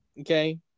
Okay